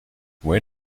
where